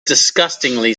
disgustingly